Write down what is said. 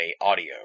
Audio